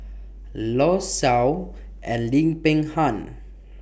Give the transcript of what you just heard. law Shau and Lim Peng Han